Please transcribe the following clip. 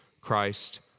Christ